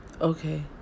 Okay